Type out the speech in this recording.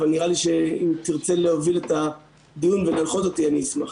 אבל נראה לי שאם תרצה להוביל את הדיון --- אותי אני אשמח.